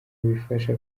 bifasha